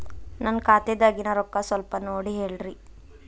ನನ್ನ ಖಾತೆದಾಗಿನ ರೊಕ್ಕ ಸ್ವಲ್ಪ ನೋಡಿ ಹೇಳ್ರಿ